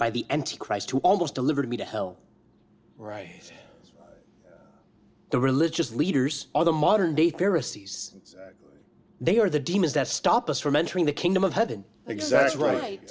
by the anti christ who almost delivered me to hell right the religious leaders of the modern day they are the demons that stop us from entering the kingdom of hea